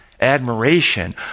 admiration